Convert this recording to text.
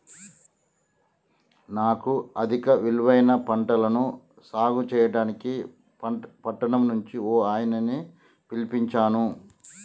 నాను అధిక ఇలువైన పంటలను సాగు సెయ్యడానికి పట్టణం నుంచి ఓ ఆయనని పిలిపించాను